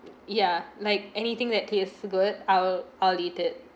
ya like anything that tastes good I'll I'll eat it